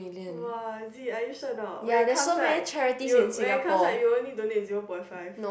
!wah! is it are you sure or not when it comes right you when it comes right you only donate zero point five